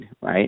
right